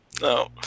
no